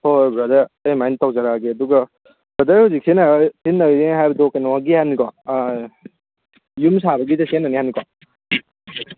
ꯍꯣꯏ ꯍꯣꯏ ꯕ꯭ꯔꯗꯔ ꯑꯩ ꯑꯗꯨꯃꯥꯏꯅ ꯇꯧꯖꯔꯛꯑꯒꯦ ꯑꯗꯨꯒ ꯕ꯭ꯔꯗꯔ ꯍꯧꯖꯤꯛ ꯁꯤꯖꯟꯅꯅꯦ ꯍꯥꯏꯕꯗꯣ ꯀꯩꯅꯣꯒꯤ ꯍꯥꯏꯕꯅꯤꯀꯣ ꯌꯨꯝ ꯁꯥꯕꯒꯤꯗ ꯁꯤꯖꯤꯟꯅꯅꯦ ꯍꯥꯏꯕꯅꯤꯀꯣ